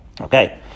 Okay